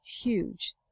huge